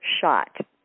shot